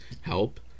help